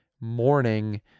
morning